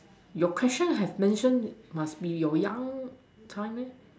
your question have mentioned must be your young time meh